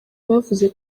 bavuze